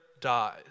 dies